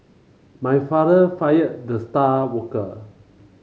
my father fired the star worker